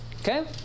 Okay